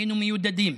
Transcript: היינו מיודדים.